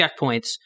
checkpoints